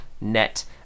net